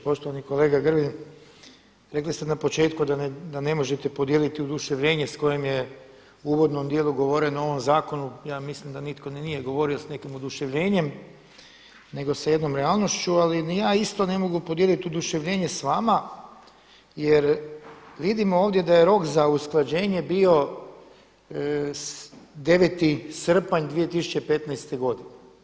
Poštovani kolega Grbin, rekli ste na početku da ne možete podijeliti oduševljenje s kojim je u uvodnom dijelu govoreno o ovom zakonu, ja mislim da nitko ni nije govorio s nekim oduševljenjem nego s jednom realnošću ali ni ja isto ne mogu podijeliti oduševljenje s vama jer vidimo ovdje da je rok za usklađenje bio 9. srpanj 2015. godine.